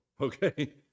okay